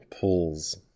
pulls